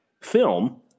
film